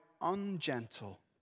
ungentle